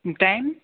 time